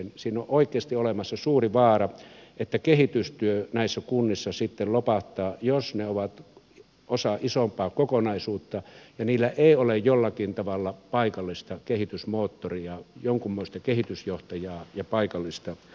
siinä on oikeasti olemassa suuri vaara että kehitystyö näissä kunnissa sitten lopahtaa jos ne ovat osa isompaa kokonaisuutta ja niillä ei ole jollakin tavalla paikallista kehitysmoottoria jonkunmoista kehitysjohtajaa ja paikallista demokratiaa